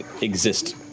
exist